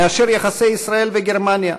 מאשר יחסי ישראל וגרמניה,